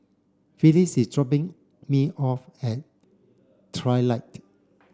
Felix is dropping me off at Trilight